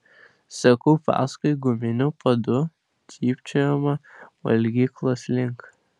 seku paskui guminių padų cypčiojimą valgyklos link